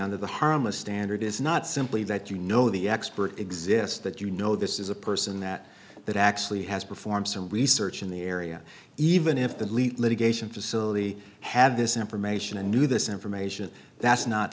on the harmless standard is not simply that you know the expert exists that you know this is a person that that actually has performed some research in the area even if the elite litigation facility had this information and knew this information that's not